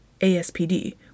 ASPD